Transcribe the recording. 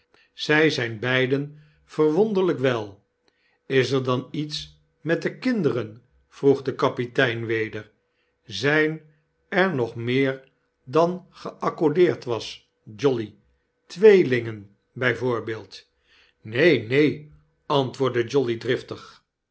zy zijn beiden verwonderlyk wel is er dan iets met de kinderen vroeg de kapitein weder zyn er nog meer dan geaccordeerd was jolly tweelingen by voorbeeld neen neen antwoordde jolly driftig